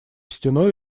стеной